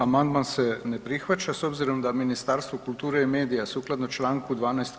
Amandman se ne prihvaća s obzirom da Ministarstvo kulture i medija sukladno čl. 12.